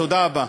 תודה רבה.